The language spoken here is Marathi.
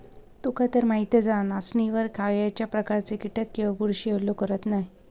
तुकातर माहीतच हा, नाचणीवर खायच्याव प्रकारचे कीटक किंवा बुरशी हल्लो करत नाय